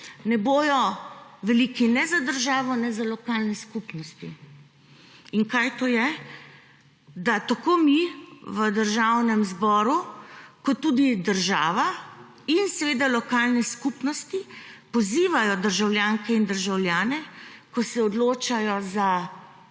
ne bodo veliki ne za državo ne za lokalne skupnosti. In kaj to je? Da tako mi v Državnem zboru ter tudi država in lokalne skupnosti pozivamo državljanke in državljane, ko se odločajo za